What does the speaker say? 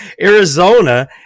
Arizona